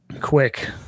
quick